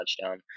touchdown